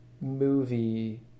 movie